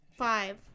five